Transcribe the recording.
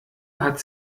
hat